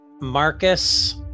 Marcus